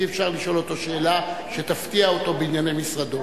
אי-אפשר לשאול אותו שאלה שתפתיע אותו בענייני משרדו.